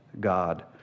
God